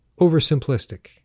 Oversimplistic